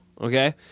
Okay